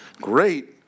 great